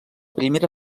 primera